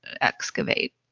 excavate